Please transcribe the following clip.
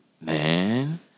man